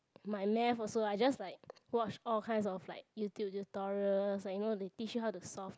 my math also I just like watch all kind of like YouTube tutorials like you know they teach you how to solve